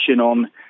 on